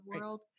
world